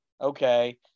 okay